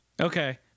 Okay